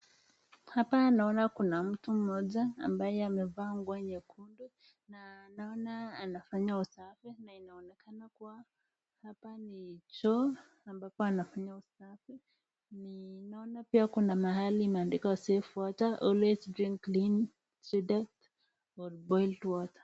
Hapa naona kuna mtu mmoja ambaye amevaa nguo nyekundu na naona anafanya usafi na inaonekana kuwa hapa ni choo ambapo anafanya usafi. Ninaona pia kuna mahali imeandikwa save water, always drink clean treated or boiled water .